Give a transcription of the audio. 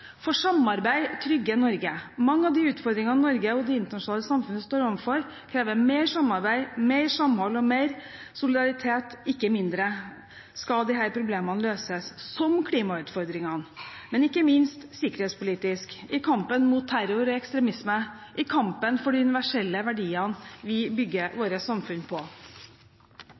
for samarbeid trygger Norge. Mange av de utfordringene Norge og det internasjonale samfunnet står overfor, krever mer samarbeid, mer samhold og mer solidaritet, ikke mindre, hvis disse problemene skal løses – som klimautfordringene og ikke minst de sikkerhetspolitiske, i kampen mot terror og ekstremisme, i kampen for de universelle verdiene vi bygger vårt samfunn på.